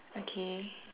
okay